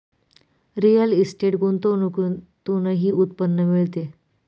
real estate गुंतवणुकीतूनही उत्पन्न मिळते